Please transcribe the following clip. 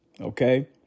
Okay